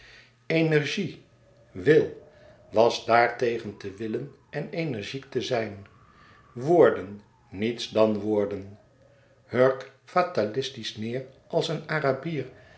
energie wil was dààr tegen te willen en energiek te zijn woorden niets dan woorden hurk fatalistisch neêr als een arabier